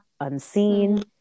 unseen